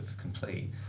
complete